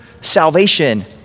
salvation